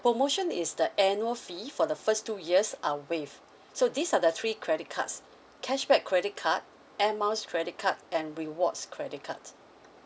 promotion is the annual fee for the first two years are waived so these are the three credit cards cashback credit card air miles credit card and rewards credit card